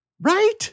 Right